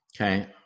okay